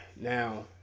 Now